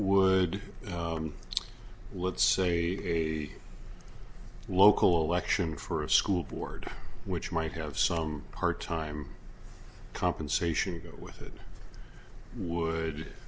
would let's say a local election for a school board which might have some part time compensation to go with it would